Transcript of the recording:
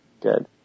Good